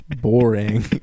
Boring